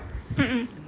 um um